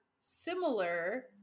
similar